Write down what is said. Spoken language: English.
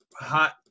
hot –